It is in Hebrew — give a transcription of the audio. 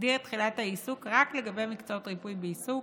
והסדיר תחילה את העיסוק רק לגבי המקצועות ריפוי בעיסוק,